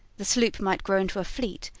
the sloop might grow into a fleet,